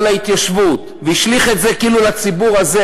להתיישבות והשליך את זה כאילו על הציבור הזה,